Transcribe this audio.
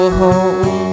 home